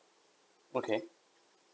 okay